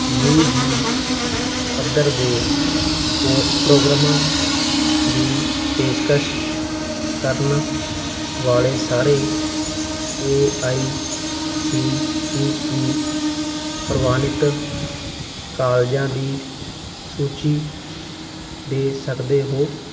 you G ਪੱਧਰ ਦੇ ਪੋ ਪ੍ਰੋਗਰਾਮਾਂ ਦੀ ਪੇਸ਼ਕਸ਼ ਕਰਨ ਵਾਲੇ ਸਾਰੇ A I C T E ਪ੍ਰਵਾਨਿਤ ਕਾਲਜਾਂ ਦੀ ਸੂਚੀ ਦੇ ਸਕਦੇ ਹੋ